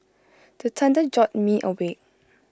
the thunder jolt me awake